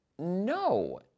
No